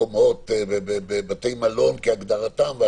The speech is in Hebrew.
בבתי מלון כהגדרתם,